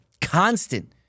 constant